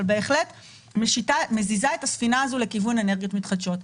בהחלט היא מזיזה את הספינה הזו לכיוון אנרגיות מתחדשות.